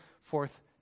forth